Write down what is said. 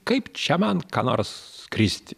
kaip čia man ką nors skristi